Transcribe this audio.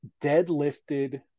deadlifted